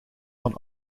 van